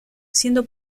siendo